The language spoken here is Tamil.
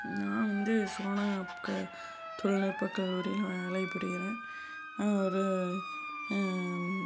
நான் வந்து சோனா அப்க தொழில்நுட்ப கல்லூரியில் வேலைப் புரியறேன் நான் ஒரு